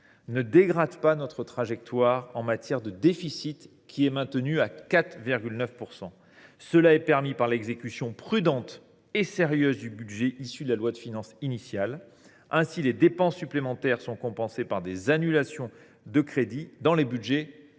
ne dégradent pas notre trajectoire en matière de déficit ; celui ci est maintenu à 4,9 %. Cela est permis par l’exécution prudente et sérieuse du budget issu de la loi de finances initiale. Ainsi, les dépenses supplémentaires sont compensées par des annulations de crédits dans les budgets des